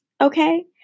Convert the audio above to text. okay